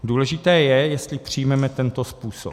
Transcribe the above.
Důležité je, jestli přijmeme tento způsob.